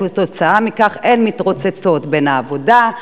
וכתוצאה מכך הן מתרוצצות בין העבודה,